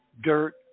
dirt